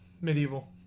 Medieval